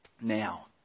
now